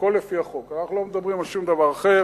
הכול לפי החוק, אנחנו לא מדברים על שום דבר אחר.